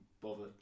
bother